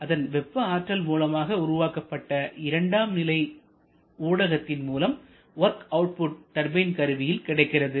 அதன் வெப்ப ஆற்றல் மூலமாக உருவாக்கப்பட்ட இரண்டாம் நிலை ஊடகத்தின் மூலம் வொர்க் அவுட்புட் டர்பைன் கருவியில் கிடைக்கிறது